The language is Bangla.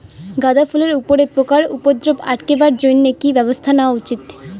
গাঁদা ফুলের উপরে পোকার উপদ্রব আটকেবার জইন্যে কি ব্যবস্থা নেওয়া উচিৎ?